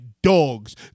dogs